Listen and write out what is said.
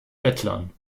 bettlern